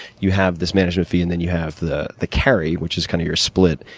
you have this management fee, and then you have the the carry, which is kind of your split.